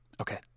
Okay